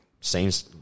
seems